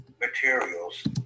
materials